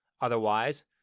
Otherwise